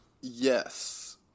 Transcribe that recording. Yes